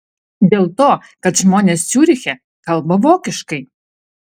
dėl to kad žmonės ciuriche kalba vokiškai